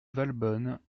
valbonne